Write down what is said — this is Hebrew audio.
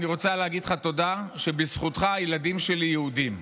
אני רוצה להגיד לך תודה שבזכותך הילדים שלי יהודים.